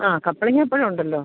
ആ കപ്പളങ്ങ ഇപ്പോഴുണ്ടല്ലോ